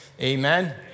Amen